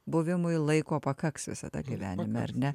buvimui laiko pakaks visada gyvenime ar ne